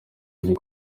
muri